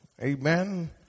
amen